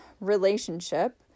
relationship